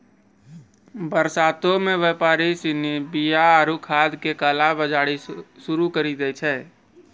बरसातो मे व्यापारि सिनी बीया आरु खादो के काला बजारी शुरू करि दै छै